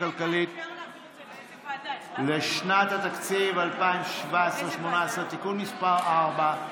הכלכלית לשנות התקציב 2017 ו-2018) (תיקון מס' 4)